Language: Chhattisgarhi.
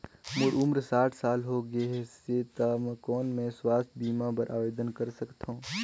मोर उम्र साठ साल हो गे से त कौन मैं स्वास्थ बीमा बर आवेदन कर सकथव?